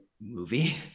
movie